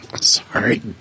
Sorry